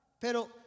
Pero